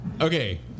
Okay